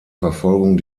verfolgung